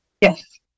yes